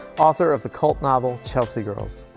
author of the cult novel chelsea girls.